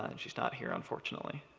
and she is not here, unfortunately.